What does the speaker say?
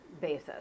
basis